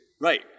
Right